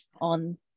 on